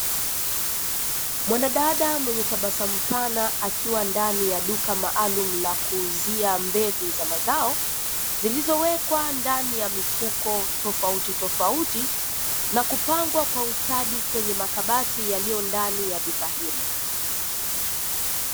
Mwanadada mwenye tabasamu pana, akiwa ndani ya duka maalumu la kuuzia mbegu za mazao, zilizowekwa ndani ya mifuko tofautitofauti na kupangwa kwa ustadi kwenye makabati yaliyo ndani ya duka hilo.